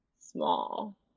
small